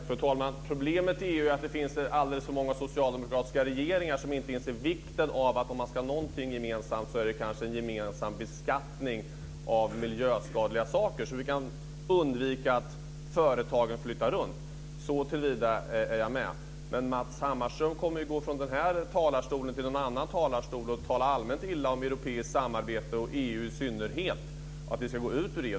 Fru talman! Problemet i EU är ju att det finns alldeles för många socialdemokratiska regeringar som inte inser vikten av att om man ska ha någonting gemensamt så är det kanske en gemensam beskattning av miljöskadliga saker, så att man kan undvika att företagen flyttar runt. Såtillvida är jag med. Men Matz Hammarström kommer ju att gå från den här talarstolen till någon annan talarstol och tala allmänt illa om europeiskt samarbete och i synnerhet om EU och om att vi ska gå ut ur EU.